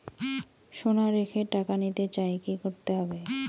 সোনা রেখে টাকা নিতে চাই কি করতে হবে?